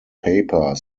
paper